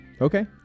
Okay